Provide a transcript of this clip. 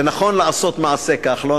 זה נכון לעשות מעשה כחלון,